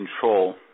control